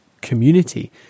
community